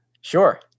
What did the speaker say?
Sure